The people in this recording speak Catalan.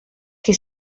qui